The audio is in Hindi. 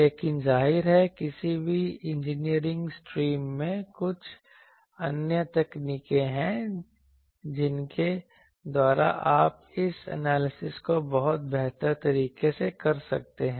लेकिन जाहिर है किसी भी इंजीनियरिंग स्ट्रीम में कुछ अन्य तकनीकें हैं जिनके द्वारा आप इस एनालिसिस को बहुत बेहतर तरीके से कर सकते हैं